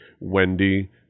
Wendy